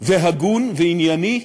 והגון וענייני: